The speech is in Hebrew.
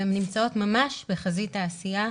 והן נמצאות ממש בחזית העשייה,